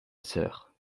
sœur